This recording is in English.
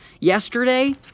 Yesterday